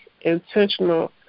intentional